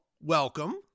welcome